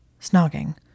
Snogging